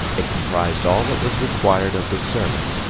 it comprised all that was required of the servant,